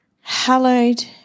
hallowed